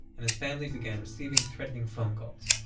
and his family began receiving threatening phone calls.